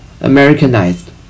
Americanized